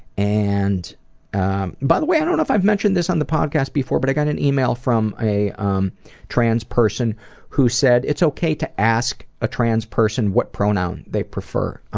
and by the way, i don't think i've mentioned this on the podcast before, but i got an email from a um trans person who said it's okay to ask a trans person what pronoun they prefer,